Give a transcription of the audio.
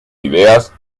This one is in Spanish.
ideas